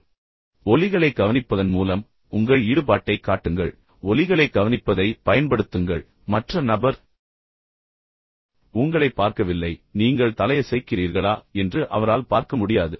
எனவே ஒலிகளைக் கவனிப்பதன் மூலம் உங்கள் ஈடுபாட்டைக் காட்டுங்கள் எனவே ஒலிகளைக் கவனிப்பதை பயன்படுத்துங்கள் ஏனெனில் மற்ற நபர் உண்மையில் உங்களைப் பார்க்கவில்லை நீங்கள் தலையசைக்கிறீர்களா என்று அவரால் பார்க்க முடியாது